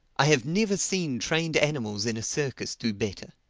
i have never seen trained animals in a circus do better.